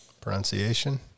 pronunciation